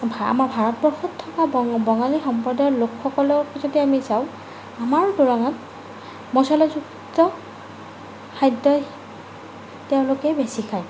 আমা আমা ভাৰতবৰ্ষত থকা বঙালী সম্প্ৰদায়ৰ লোকসকলক যদি আমি চাওঁ আমাৰ তুলনাত মচলাযুক্ত খাদ্যই তেওঁলোকে বেছি খায়